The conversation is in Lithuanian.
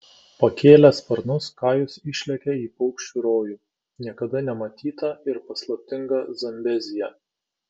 pakėlęs sparnus kajus išlekia į paukščių rojų niekada nematytą ir paslaptingą zambeziją